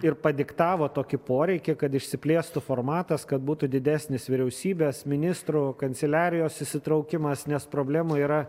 ir padiktavo tokį poreikį kad išsiplėstų formatas kad būtų didesnis vyriausybės ministrų kanceliarijos įsitraukimas nes problemų yra